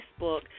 Facebook